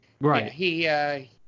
Right